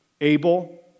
Abel